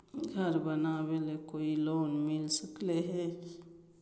घर बनावे ले कोई लोनमिल सकले है?